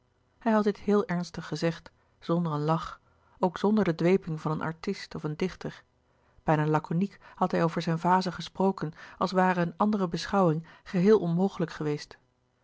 hij had dit heel ernstig gezegd zonder een lach ook zonder de dweping van een artist of een dichter bijna laconiek had hij over zijn vazen gesproken als ware een andere beschouwing geheel onmogelijk geweest